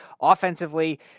Offensively